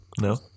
no